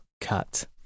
cut